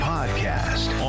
Podcast